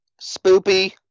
spoopy